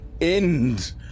end